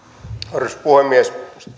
arvoisa puhemies